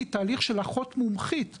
תהליך של אחות מומחית בגסטרואנטרולוגיה,